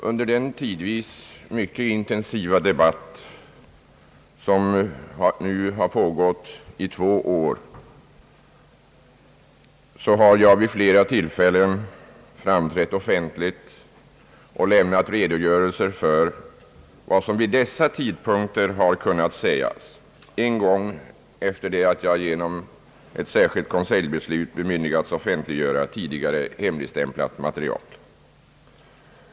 Under den tidvis mycket intensiva debatt som nu har pågått i två år har jag vid flera tillfällen framträtt offentligt och lämnat redogörelser för vad som vid dessa tidpunkter har kunnat sägas — en gång efter det att jag genom ett särskilt konseljbeslut bemyndigats offentliggöra tidigare hemligstämplat material.